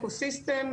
אקוסיסטם,